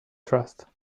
trust